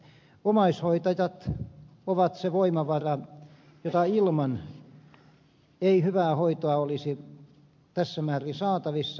omaishoitajat ovat se voimavara jota ilman ei hyvää hoitoa olisi tässä määrin saatavissa